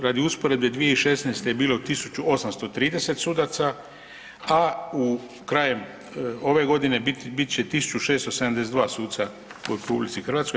Radi usporedbe 2016. je bilo 1830 sudaca, a u krajem ove godine bit će 1672 suca u RH.